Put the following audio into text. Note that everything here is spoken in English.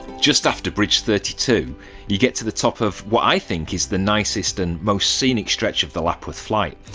just after bridge thirty two you get to the top of what i think is the nicest and most scenic stretch of the lapworth flight.